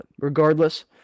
regardless